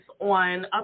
on